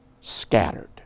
scattered